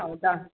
ಹೌದಾ